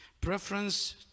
preference